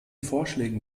vorschlägen